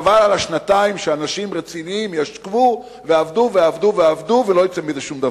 חבל על השנתיים שאנשים רציניים ישבו ועבדו ועבדו ולא יצא מזה שום דבר.